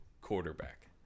quarterback